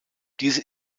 diese